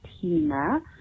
Tina